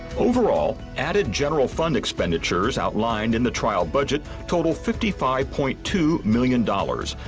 overall, added general fund expenditures outlined in the trial budget totals fifty five point two million dollars,